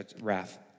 wrath